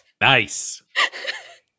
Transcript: Nice